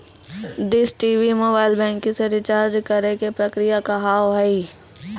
Dish TV mobile banking से recharge करे के प्रक्रिया का हाव हई?